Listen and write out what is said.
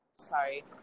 sorry